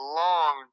long